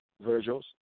Virgil's